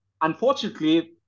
unfortunately